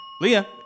Leah